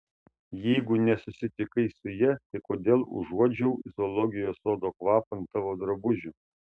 jeigu nesusitikai su ja tai kodėl užuodžiau zoologijos sodo kvapą ant tavo drabužių